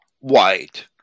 white